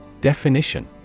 Definition